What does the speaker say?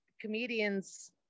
comedians